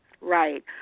Right